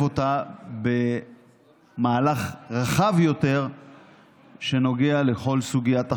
אותה במהלך רחב יותר שנוגע לכל סוגיית החילוט.